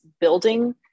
building